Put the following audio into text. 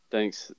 Thanks